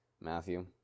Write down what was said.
Matthew